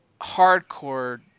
Hardcore